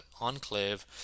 Enclave